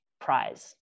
prize